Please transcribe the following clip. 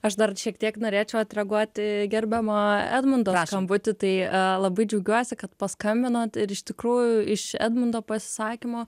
aš dar šiek tiek norėčiau atreaguoti gerbiamo edmundo skambutį tai labai džiaugiuosi kad paskambinot ir iš tikrųjų iš edmundo pasisakymo